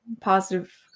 positive